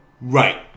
Right